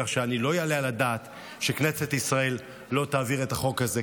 כך שלא יעלה על הדעת שכנסת ישראל לא תעביר את החוק הזה,